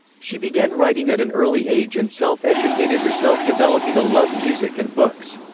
she began writing at an early age and self-educated herself developing a love music and books.